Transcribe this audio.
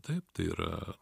taip tai yra